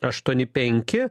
aštuoni penki